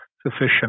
sufficient